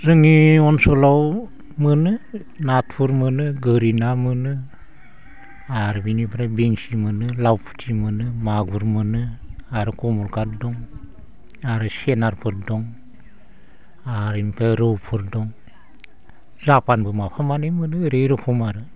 जोंनि ओनसलाव मोनो नाथुर मोनो गोरि ना मोनो आरो बिनिफ्राय बेंसि मोनो लावफुथि मोनो मागुर मोनो आरो कमलखाथ दङ आरो सेनारफोर दं आरो इनिफ्राय रौफोर दं जापानबो माफा मानै मोनो ओरै रखम आरो